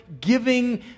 giving